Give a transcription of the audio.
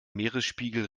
meeresspiegel